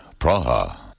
Praha. (